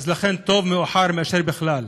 לכן, טוב מאוחר מאשר בכלל לא.